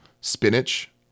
Spinach